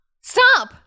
Stop